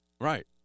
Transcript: Right